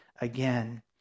again